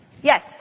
Yes